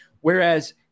Whereas